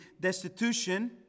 Destitution